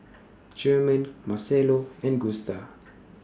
German Marcelo and Gusta